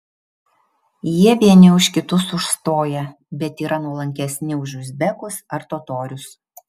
jie vieni už kitus užstoja bet yra nuolankesni už uzbekus ar totorius